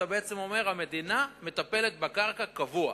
אתה בעצם אומר שהמדינה מטפלת בקרקע באופן קבוע.